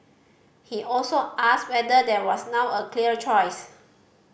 he also asked whether there was now a clear choice